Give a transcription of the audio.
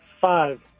Five